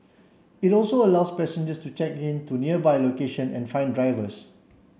it also allows passengers to check in to nearby location and find drivers